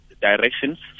directions